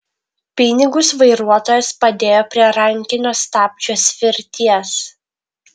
pinigus vairuotojas padėjo prie rankinio stabdžio svirties